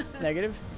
negative